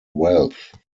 wealth